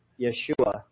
Yeshua